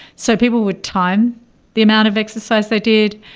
so people would time the amount of exercise they did,